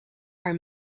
are